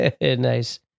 Nice